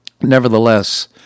nevertheless